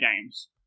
games